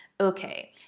okay